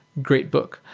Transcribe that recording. great book.